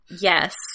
Yes